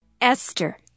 Esther